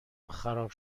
خراب